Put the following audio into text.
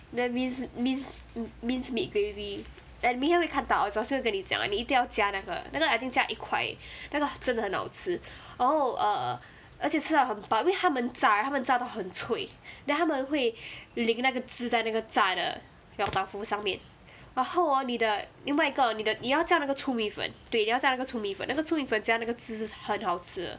that minced minced minced meat gravy !aiya! 明天会看到 jocelyn 会跟你讲的你一定要加那个那个 I think 加一块那个真的很好吃然后 err 而且吃到很饱因为他们炸 right 他们炸到很脆 then 他们会淋那个汁在那个炸的 yong tau foo 上面然后 hor 你的另外一个你的你要叫那个粗米粉对你要叫那个粗米粉那个粗米粉加那个汁是很好吃的